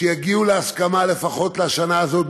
שיגיעו להסכמה לפחות לשנה הזאת,